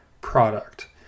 product